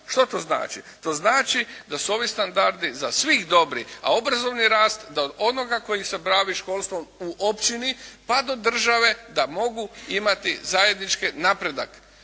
Što to znači? To znači da su ovi standardi za svih dobri, a obrazovni rast da onoga tko se bavi školstvom u općini pa do države da mogu imati zajednički napredak